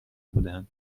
بودند